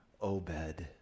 Obed